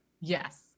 Yes